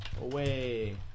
away